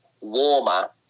warmer